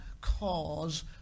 cause